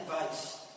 advice